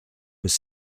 was